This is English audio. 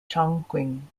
chongqing